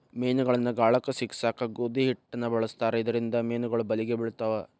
ಮೇನಗಳನ್ನ ಗಾಳಕ್ಕ ಸಿಕ್ಕಸಾಕ ಗೋಧಿ ಹಿಟ್ಟನ ಬಳಸ್ತಾರ ಇದರಿಂದ ಮೇನುಗಳು ಬಲಿಗೆ ಬಿಳ್ತಾವ